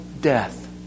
death